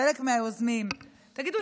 חלק מהיוזמים: תגידו,